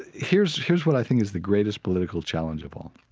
here's here's what i think is the greatest political challenge of all.